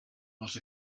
not